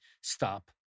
stop